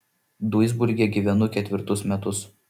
duisburge gyvenu ketvirtus metus